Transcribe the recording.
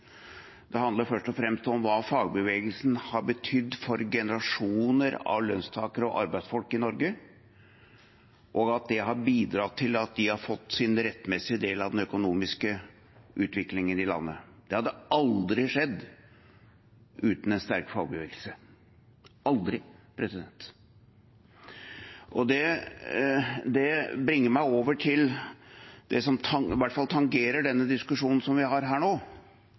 det. Det handler først og fremst om hva fagbevegelsen har betydd for generasjoner av lønnstakere og arbeidsfolk i Norge, og at det har bidratt til at de har fått sin rettmessige del av den økonomiske utviklingen i landet. Det hadde aldri skjedd uten en sterk fagbevegelse – aldri. Det bringer meg over til det som i hvert fall tangerer diskusjonen vi har her nå,